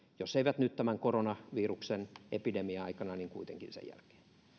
jos eivät nyt tämän koronaviruksen epidemia aikana niin kuitenkin sen jälkeen